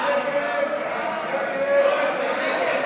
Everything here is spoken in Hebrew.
נגד.